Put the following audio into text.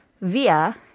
via